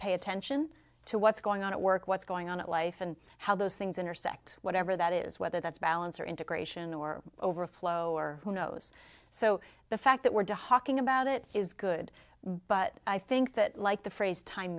pay attention to what's going on at work what's going on in life and how those things intersect whatever that is whether that's balance or integration or overflow or who knows so the fact that we're the hocking about it is good but i think that like the phrase time